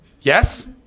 Yes